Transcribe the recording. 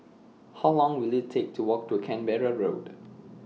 How Long Will IT Take to Walk to Canberra Road